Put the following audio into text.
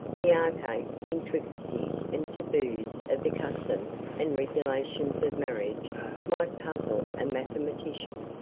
the archaic intricacies and taboos of the customs and regulations of marriage might puzzle a mathematician,